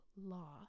law